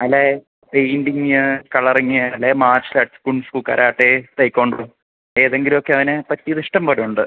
അല്ലാതെ painting colouring അല്ലെങ്കിൽ martial arts kung fu karate taekwondo ഏതെങ്കിലു ഒക്കെ അവന് പറ്റിയതിഷ്ടം പോലെയുണ്ട്